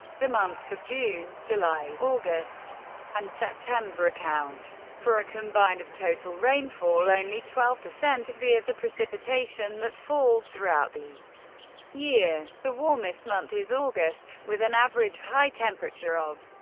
the months of june, july, august and september account for a combined of total rainfall only twelve percent of the of the precipitation that falls throughout the year. the warmest month is august, with an average high temperature of.